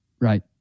right